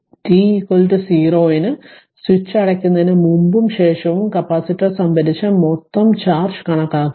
T 0 ന് switch അടയ്ക്കുന്നതിന് മുമ്പും ശേഷവും കപ്പാസിറ്റർ സംഭരിച്ച മൊത്തം ഊർജ്ജം കണക്കാക്കുന്നു